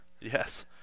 Yes